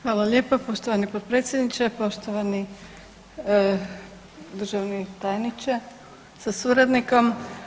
Hvala lijepa poštovani potpredsjedniče, poštovani državni tajniče sa suradnikom.